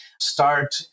start